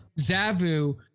Zavu